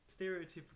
Stereotypical